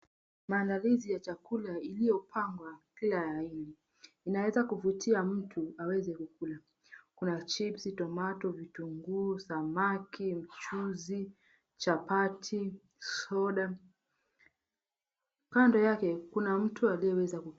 Maandalizi ya chakula iliyopangwa kila aina inaweza kuvutia mtu aweze kukula. Kuna chipsi, vitunguu, samaki, mchuzi, chapati soda. Kando yake kina mtu aliyeweza ku.